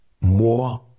more